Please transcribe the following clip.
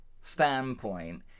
standpoint